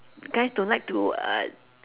guys don't like to uh